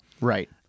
Right